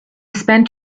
spent